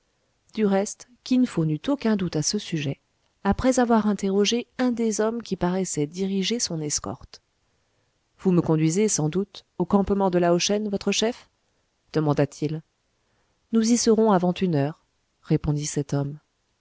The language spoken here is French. du reste kin fo n'eut aucun doute à ce sujet après avoir interrogé un des hommes qui paraissait diriger son escorte vous me conduisez sans doute au campement de lao shen votre chef demanda-t-il nous y serons avant une heure répondit cet homme